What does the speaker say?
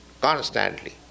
constantly